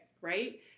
Right